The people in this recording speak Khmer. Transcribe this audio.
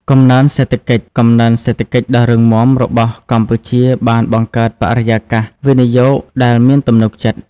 កំណើនសេដ្ឋកិច្ច កំណើនសេដ្ឋកិច្ចដ៏រឹងមាំរបស់កម្ពុជាបានបង្កើតបរិយាកាសវិនិយោគដែលមានទំនុកចិត្ត។